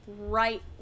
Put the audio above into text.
right